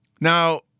Now